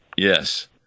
Yes